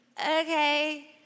okay